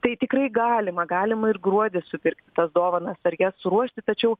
tai tikrai galima galima ir gruodį supirkti tas dovanas ar jas suruošti tačiau